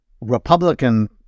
Republican